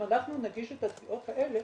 אם אנחנו נגיש את התביעות האלה,